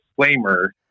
disclaimer